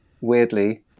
weirdly